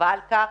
והתחייבה לכך.